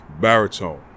Baritone